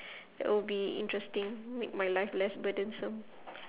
that will be interesting make my life less burdensome